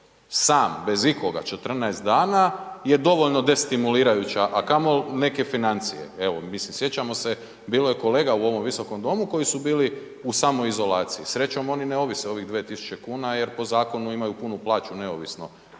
sam bez ikoga 14 dana je dovoljno destimulirajuća, a kamoli neke financije. Evo, mislim sjećamo se bilo je kolega u ovom visokom domu koji su bili u samoizolaciji, srećom oni ne ovise o ovih 2.000 kuna jer po zakonu imaju punu plaću neovisno